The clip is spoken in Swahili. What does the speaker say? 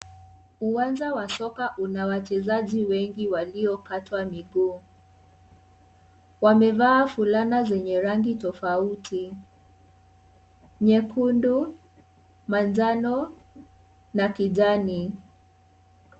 Uwanja wa soka una wachezaji wengi waliokatwa katwa miguu. Wamevaa fulana zenye rangi tofauti. Nyekundu, manjano na kijani.